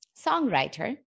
songwriter